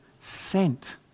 sent